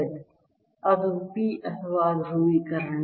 ಅದು p ಅಥವಾ ಧ್ರುವೀಕರಣ